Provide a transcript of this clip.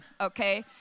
okay